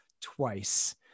twice